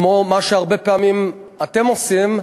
כמו מה שהרבה פעמים אתם עושים,